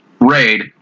raid